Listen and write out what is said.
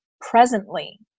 presently